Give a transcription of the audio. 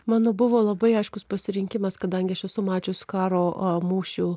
mano buvo labai aiškus pasirinkimas kadangi aš esu mačius karo mūšių